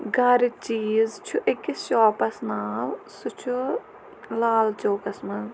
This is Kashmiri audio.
گَرٕ چیٖز چھُ أکِس شاپَس ناو سُہ چھُ لال چوکَس منٛز